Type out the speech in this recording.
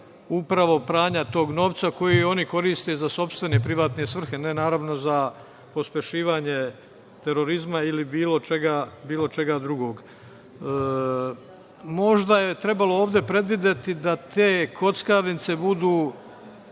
upravo pranja tog novca koji oni koriste za sopstvene privatne svrhe, ne naravno za pospešivanje terorizma ili bilo čega drugog. Možda je trebalo ovde predvideti da te kockarnice budu,